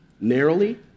narrowly